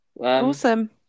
Awesome